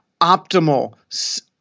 optimal